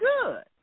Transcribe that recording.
good